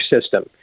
system